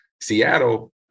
Seattle